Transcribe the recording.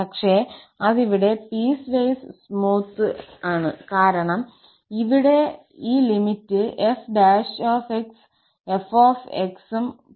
പക്ഷേ അത് ഇവിടെപീസ്വൈസ് സ്മൂത്ത് കാരണം ഇവിടെ ഈ limit f′ഉം f′ ഉം പീസ്വൈസ് സ്മൂത്ത് അല്ല